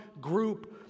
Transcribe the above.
group